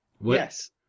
Yes